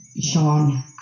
Sean